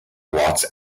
blots